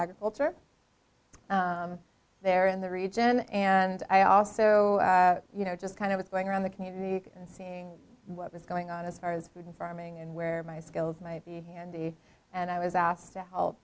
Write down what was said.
agriculture they're in the region and i also you know just kind of going around the community and seeing what was going on as far as food and farming and where my skills might be handy and i was asked to help